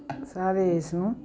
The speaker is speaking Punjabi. ਸਾਰੇ ਇਸ ਨੂੰ